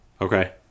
Okay